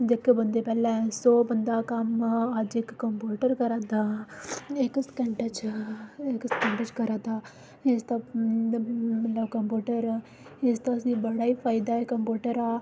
जेह्के बंदे पैह्ले सौ बंदा कम्म अज्ज इक कंप्यूटर करै दा इक सकैंटै च इक सकैंटै च करै दा इसदा कंप्यूटर इसदा असेंगी बड़ा गै फायदा ऐ कंप्यूटर दा